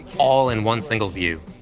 all in one single view.